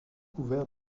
couvert